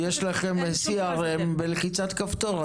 יש לכם ב CRM בלחיצת כפתור.